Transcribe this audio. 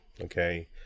okay